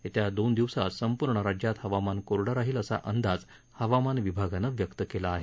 येत्या दोन दिवसात संपूर्ण राज्यात हवामान कोरडं राहील असा अंदाज हवामान विभागानं व्यक्त केला आहे